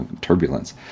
turbulence